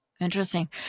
Interesting